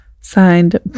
Signed